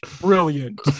Brilliant